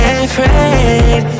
afraid